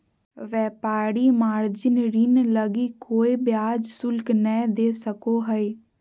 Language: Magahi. व्यापारी मार्जिन ऋण लगी कोय ब्याज शुल्क नय दे सको हइ